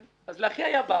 לאחי היה בר